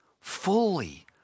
fully